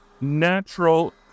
natural